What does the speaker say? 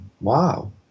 wow